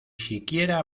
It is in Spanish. siquiera